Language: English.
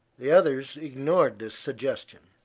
the others ignored this suggestion.